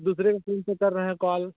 आप दूसरे के सिम से कर रहे हैं कॉल